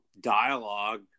dialogue